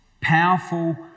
powerful